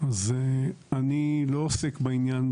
אז מה הטעם בסעיף הזה בכלל?